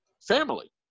family